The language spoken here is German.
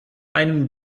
einen